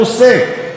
והרבה,